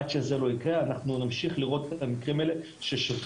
עד שזה לא יקרה אנחנו נמשיך לראות את המקרים האלה ששוטרים